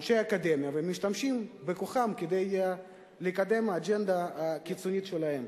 אנשי אקדמיה המשתמשים בכוחם כדי לקדם אג'נדה קיצונית שלהם.